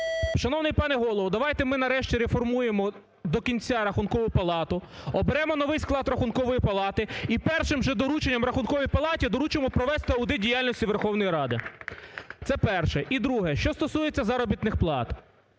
Шановний пане Голово, давайте ми нарешті реформуємо до кінця Рахункову палату, оберемо новий склад Рахункової палати і першим же дорученням Рахунковій палаті доручимо провести аудит діяльності Верховної Ради. Це перше. І друге, що стосується заробітних плат.